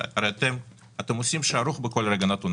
הרי אתם עושים שערוך בכל רגע נתון,